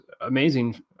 amazing